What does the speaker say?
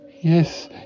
Yes